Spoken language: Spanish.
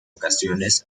ocasiones